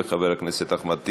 חבר הכנסת אחמד טיבי,